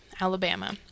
Alabama